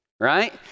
right